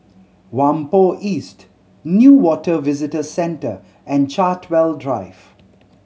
Whampoa West Newater Visitor Centre and Chartwell Drive